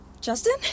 Justin